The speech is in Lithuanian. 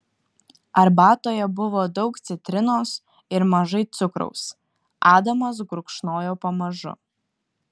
arbatoje buvo daug citrinos ir mažai cukraus adamas gurkšnojo pamažu